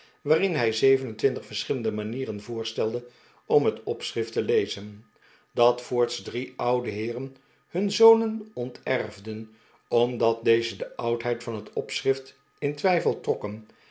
waarin hij zeven en twintig verschillende manieren voorstelde om het opschrift te lezen dat voorts drie oude heeren hun zonen onterfden omdat deze de oudheid van het opschrift in twijfel trokken